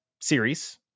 series